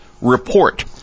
Report